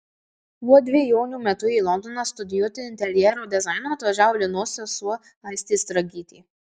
tuo dvejonių metu į londoną studijuoti interjero dizaino atvažiavo linos sesuo aistė stragytė